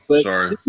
sorry